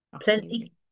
plenty